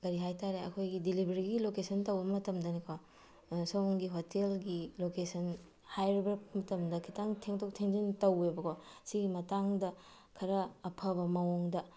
ꯀꯔꯤ ꯍꯥꯏꯇꯥꯔꯦ ꯑꯩꯈꯣꯏꯒꯤ ꯗꯤꯂꯤꯕꯔꯤꯒꯤ ꯂꯣꯀꯦꯁꯟ ꯇꯧꯕ ꯃꯇꯝꯗꯅꯦꯀꯣ ꯁꯣꯝꯒꯤ ꯍꯣꯇꯦꯜꯒꯤ ꯂꯣꯀꯦꯁꯟ ꯍꯥꯏꯕ ꯃꯇꯝꯗ ꯈꯤꯇꯪ ꯊꯦꯡꯇꯣꯛ ꯊꯦꯡꯖꯤꯟ ꯇꯧꯑꯦꯕꯀꯣ ꯁꯤꯒꯤ ꯃꯇꯥꯡꯗ ꯈꯔ ꯑꯐꯕ ꯃꯑꯣꯡꯗ